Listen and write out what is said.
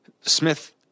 Smith